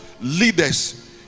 leaders